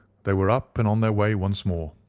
they were up and on their way once more.